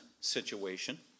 situation